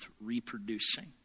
reproducing